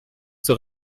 zur